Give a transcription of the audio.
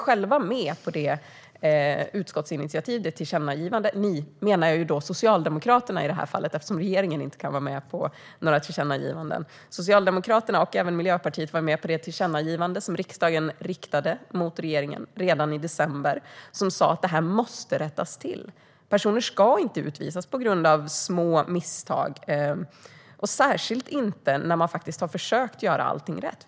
Socialdemokraterna, och även Miljöpartiet, stod bakom utskottsinitiativet och det tillkännagivande som riksdagen riktade till regeringen redan i december, där det sas att detta måste rättas till. Personer ska inte utvisas på grund av små misstag, särskilt inte när man faktiskt har försökt göra allting rätt.